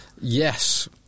Yes